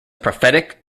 prophetic